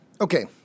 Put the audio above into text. Okay